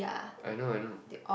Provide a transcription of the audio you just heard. I know I know